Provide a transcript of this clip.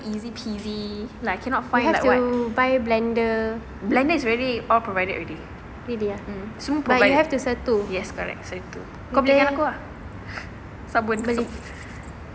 easy-peasy like cannot find like what blender is already all provided already semua provided yes correct satu kau belikan aku lah sabun lagi